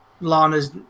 Lana's